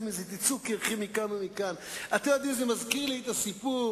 הוא שכח כמה היא היתה גדולה.